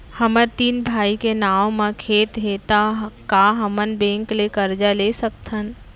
हमर तीन भाई के नाव म खेत हे त का हमन बैंक ले करजा ले सकथन?